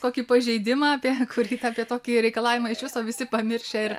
kokį pažeidimą apie kurį apie tokį reikalavimą iš viso visi pamiršę ir